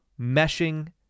meshing